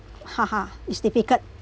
is difficult